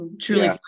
truly